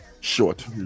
short